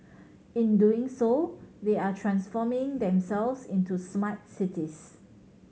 in doing so they are transforming themselves into smart cities